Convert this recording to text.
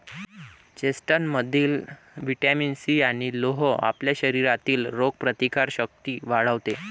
चेस्टनटमधील vitamin C आणि लोह आपल्या शरीरातील रोगप्रतिकारक शक्ती वाढवते